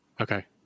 Okay